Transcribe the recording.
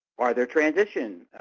are there transitions?